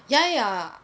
ya ya